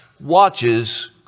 watches